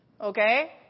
okay